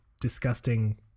disgusting